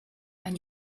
and